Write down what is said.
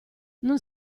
non